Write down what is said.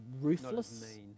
ruthless